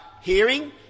hearing